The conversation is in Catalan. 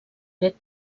grec